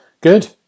Good